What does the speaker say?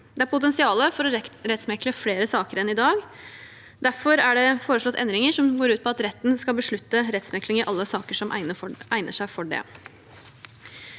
Det er potensial for å rettsmekle flere saker enn i dag. Derfor er det foreslått endringer som går ut på at retten skal beslutte rettsmekling i alle saker som egner seg for det.